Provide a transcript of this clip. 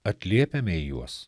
atliepiame juos